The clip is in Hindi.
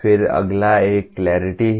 फिर अगला एक क्लैरिटी है